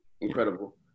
incredible